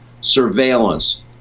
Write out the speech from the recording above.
surveillance